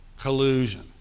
Collusion